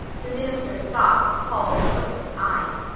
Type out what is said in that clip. the minister stopped appalled and opened his eyes.